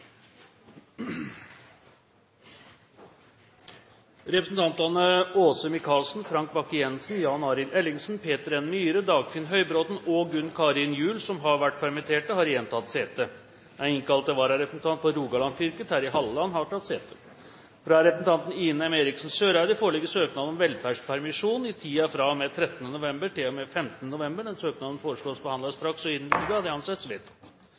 Representantene påhørte stående presidentens minnetale. Representantene Åse Michaelsen, Frank Bakke-Jensen, Jan Arild Ellingsen, Peter N. Myhre, Dagfinn Høybråten og Gunn Karin Gjul, som har vært permittert, har igjen tatt sete. Den innkalte vararepresentant for Rogaland fylke, Terje Halleland, har tatt sete. Fra representanten Ine M. Eriksen Søreide foreligger søknad om velferdspermisjon i tiden fra og med 13. november til og med 15. november. Denne søknad foreslås behandlet straks og innvilget. – Det anses vedtatt.